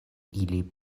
ili